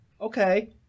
okay